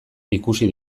ikusi